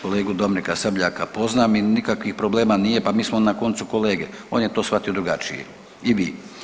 Kolegu Dominika Sabljaka poznam i nikakvih problema nije, pa mi smo na koncu kolege, on je to shvatio drugačije i vi.